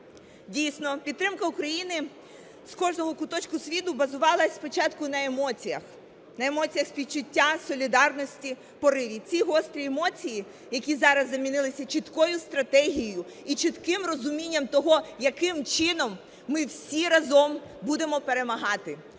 Дійсно, підтримка України з кожного куточку світу базувалася спочатку на емоціях, на емоціях співчуття, солідарності, пориві. Ці гострі емоції, які зараз замінилися чіткою стратегією і чітким розумінням того, яким чином ми всі разом будемо перемагати,